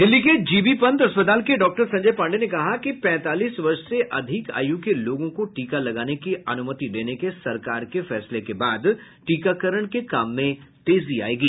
दिल्ली के जीबी पंत अस्पताल के डॉक्टर संजय पांडेय ने कहा कि पैंतालीस वर्ष से अधिक आयु के लोगों को टीका लगाने की अनुमति देने के सरकार के फैसले के बाद टीकाकरण के काम में तेजी आएगी